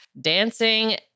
Dancing